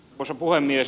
arvoisa puhemies